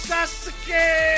Sasuke